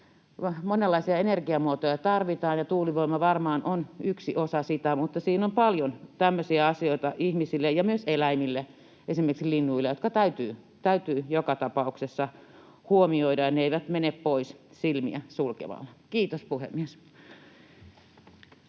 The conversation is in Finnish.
Monenlaisia energiamuotoja tarvitaan, ja tuulivoima varmaan on yksi osa sitä, mutta siinä on paljon tämmöisiä asioita ihmisille ja myös eläimille, esimerkiksi linnuille, jotka täytyy joka tapauksessa huomioida. Ne eivät mene pois silmät sulkemalla. — Kiitos, puhemies.